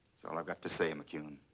all i've got to say, mcquown.